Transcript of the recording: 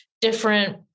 different